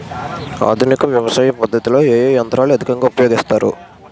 ఆధునిక వ్యవసయ పద్ధతిలో ఏ ఏ యంత్రాలు అధికంగా ఉపయోగిస్తారు?